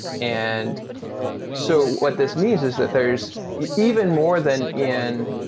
and so what this means is that there's even more than in